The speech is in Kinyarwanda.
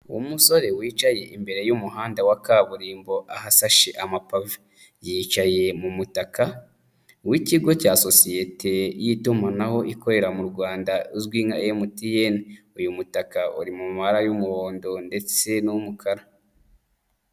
Umusore wicaye imbere y'umuhanda wa kaburimbo ahasashe amapave, yicaye mu mutaka w'ikigo cya sosiyete y'itumanaho ikorera mu rwanda uzwi nka MTN. Uyu mutaka uri mu mara y'umuhondo ndetse n'umukara.